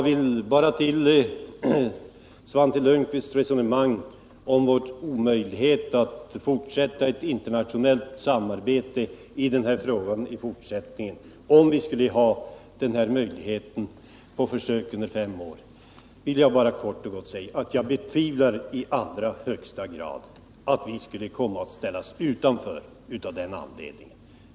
Beträffande Svante Lundkvists resonemang att det skulle vara omöjligt att fortsätta ett internationellt samarbete i frågan, om vi skulle ha den här möjligheten på försök under fem år, vill jag bara kort och gott säga att jag i allra högsta grad betvivlar att vi skulle komma att ställas utanför av den anledningen.